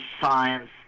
science